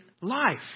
life